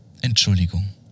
Entschuldigung